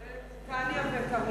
כולל את נתניה ואריאל.